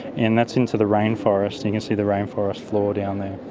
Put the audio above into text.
and that's into the rainforest, you can see the rainforest floor down there.